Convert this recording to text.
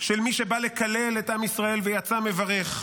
של מי שבא לקלל את עם ישראל ויצא מברך,